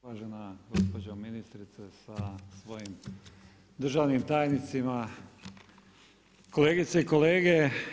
Uvažena gospođo ministrice sa svojim državnim tajnicima, kolegice i kolege.